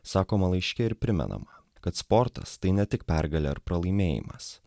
sakoma laiške ir primenama kad sportas tai ne tik pergalė ar pralaimėjimas